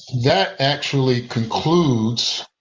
that actually concludes.